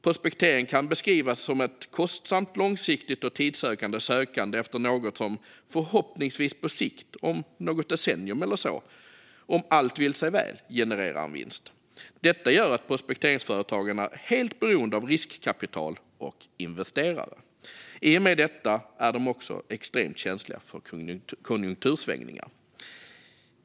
Prospektering kan beskrivas som ett kostsamt, långsiktigt och tidsödande sökande efter något som förhoppningsvis på sikt - om något decennium eller så - om allt vill sig väl genererar en vinst. Detta gör att prospekteringsföretagen är helt beroende av riskkapital och investerare. I och med detta är de också extremt känsliga för konjunktursvängningar.